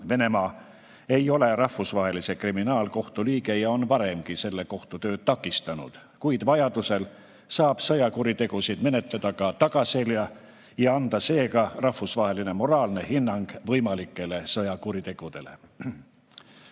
Venemaa ei ole Rahvusvahelise Kriminaalkohtu liige ja on varemgi selle kohtu tööd takistanud, kuid vajadusel saab sõjakuritegusid menetleda ka tagaselja ja anda seega rahvusvaheline moraalne hinnang võimalikele sõjakuritegudele.